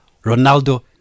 Ronaldo